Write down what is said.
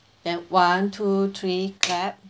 and one two three clap